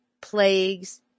plagues